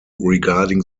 regarding